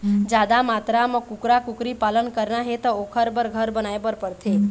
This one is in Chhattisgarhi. जादा मातरा म कुकरा, कुकरी पालन करना हे त ओखर बर घर बनाए बर परथे